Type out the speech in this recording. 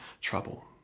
trouble